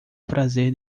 prazer